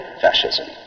fascism